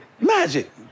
Magic